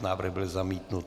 Návrh byl zamítnut.